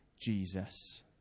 Jesus